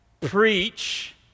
preach